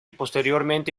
posteriormente